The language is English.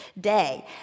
Day